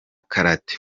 karate